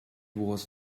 was